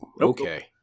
Okay